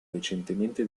recentemente